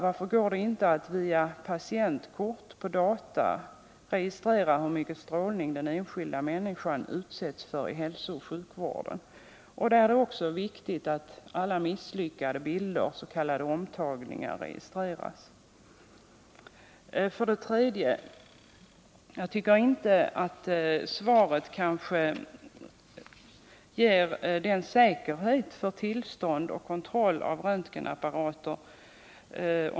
Varför går det inte att via patientkort på data registrera hur mycket strålning den enskilda människan utsätts för i hälsooch sjukvården? Det är också viktigt att alla misslyckade bilder, s.k. omtagningar, registreras. 3. Jag tycker inte att svaret ger tillräcklig säkerhet för tillstånd och kontroll av röntgenapparater.